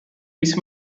which